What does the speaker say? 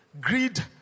Greed